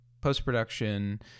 post-production